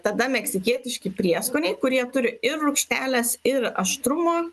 tada meksikietiški prieskoniai kurie turi ir rūgštelės ir aštrumo